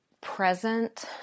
present